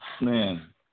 Man